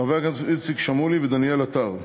חברי הכנסת איציק שמולי ודניאל עטר,